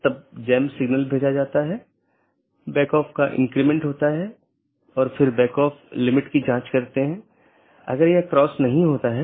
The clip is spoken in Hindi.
जब एक BGP स्पीकरों को एक IBGP सहकर्मी से एक राउटर अपडेट प्राप्त होता है तो प्राप्त स्पीकर बाहरी साथियों को अपडेट करने के लिए EBGP का उपयोग करता है